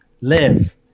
live